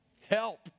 Help